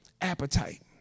appetite